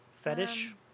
Fetish